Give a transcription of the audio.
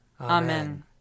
Amen